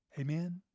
Amen